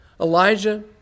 Elijah